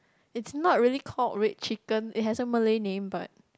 it's not really called red chicken it had a Malay name but